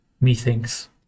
methinks